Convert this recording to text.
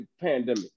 pandemic